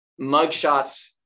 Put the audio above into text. Mugshots